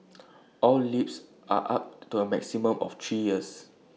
all leases are up to A maximum of three years